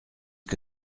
que